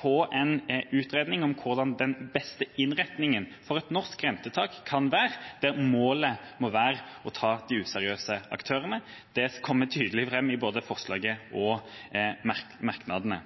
få en utredning om hvordan den beste innretningen for et norsk rentetak kan være, der målet må være å ta de useriøse aktørene. Det kommer tydelig fram i både forslaget og merknadene.